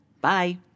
Bye